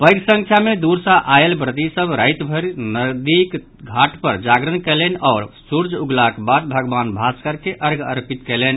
पैघ संख्या मे दूर सॅ आयल व्रती सभ राति भर नदीक घाट पर जागरण कयलनि आओर सूर्य उगलाक बाद भगवान भास्कर के अर्घ्य अर्पित कयलनि